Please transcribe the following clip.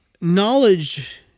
Knowledge